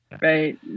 Right